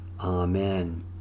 Amen